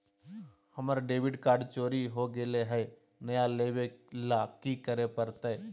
हमर debit card चोरी हो गेले हई, नया लेवे ल की करे पड़तई?